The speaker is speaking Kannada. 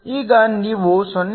ಈಗ ನೀವು 0